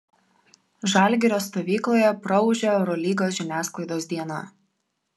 žalgirio stovykloje praūžė eurolygos žiniasklaidos diena